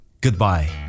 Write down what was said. Goodbye